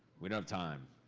we don't have time.